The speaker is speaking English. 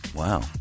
Wow